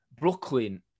Brooklyn